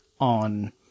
on